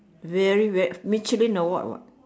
very weird what what